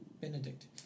Benedict